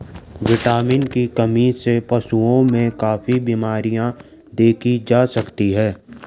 vitamin की कमी से पशुओं में काफी बिमरियाँ देखी जा सकती हैं